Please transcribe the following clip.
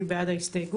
הצבעה בעד ההסתייגות